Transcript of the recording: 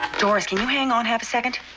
ah doris, can you hang on half a second.